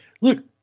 look